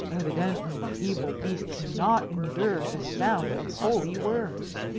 evidently the evil beast cannot endure the sound of holy words.